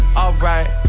alright